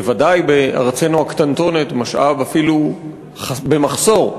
בוודאי בארצנו הקטנטונת, משאב אפילו במחסור.